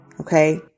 Okay